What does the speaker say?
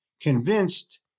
convinced